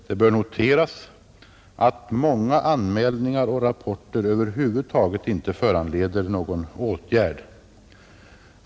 Det bör noteras att många anmälningar och rapporter över huvud inte föranleder någon åtgärd.